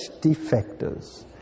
defectors